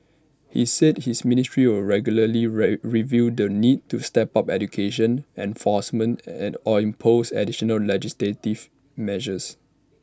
he said his ministry will regularly review the need to step up education enforcement and or impose additional legislative measures